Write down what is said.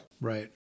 Right